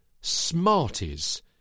Smarties